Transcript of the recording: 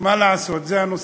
מה לעשות, זה הנושא: